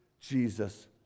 Jesus